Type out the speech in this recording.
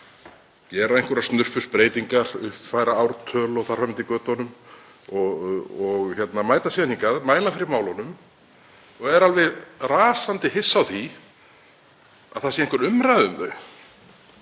gera einhverjar snurfusbreytingar, uppfæra ártöl og þar fram eftir götunum, og mæta síðan hingað, mæla fyrir málunum og eru alveg rasandi hissa á því að það sé einhver umræða um þau.